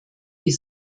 wie